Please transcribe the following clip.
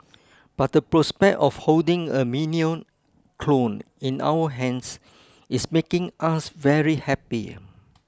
but the prospect of holding a minion clone in our hands is making us very happy